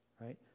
right